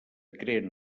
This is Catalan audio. creen